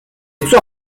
sua